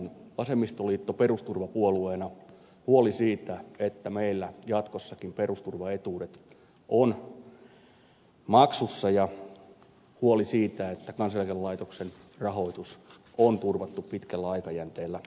vasemmistoliitolla on perusturvapuolueena huoli siitä että meillä jatkossakin perusturvaetuudet ovat maksussa ja huoli siitä että kansaneläkelaitoksen rahoitus on turvattu pitkällä aikajänteellä